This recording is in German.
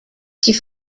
die